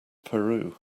peru